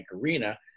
arena